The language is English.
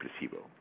placebo